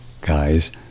guys